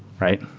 right?